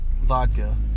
vodka